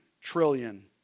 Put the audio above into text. trillion